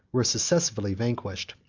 were successively vanquished.